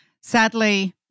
Sadly